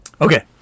okay